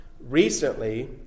recently